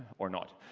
or not.